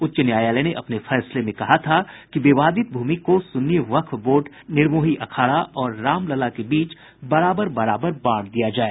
उच्च न्यायालय ने अपने फैसले में कहा था कि विवादित भूमि को सुन्नी वक्फ बोर्ड निर्मोही अखाड़ा और रामलला के बीच बराबर बराबर बांट दिया जाए